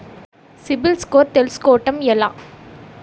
CIBIL score తెల్సుకోటం ఎలా?